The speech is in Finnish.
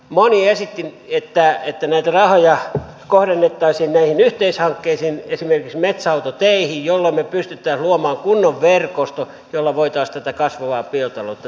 moni esitti että näitä rahoja kohdennettaisiin näihin yhteishankkeisiin esimerkiksi metsäautoteihin jolloin me pystyisimme luomaan kunnon verkoston jolla voitaisiin tätä kasvavaa biotaloutta tukea